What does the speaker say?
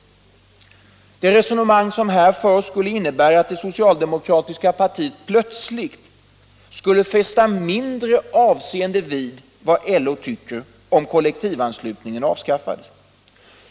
Det resonemang som här förs skulle innebära att det socialdemokratiska partiet plötsligt skulle fästa mindre avseende vid vad LO tycker, om kollektivanslutningen avskaffades.